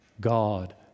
God